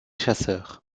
chasseurs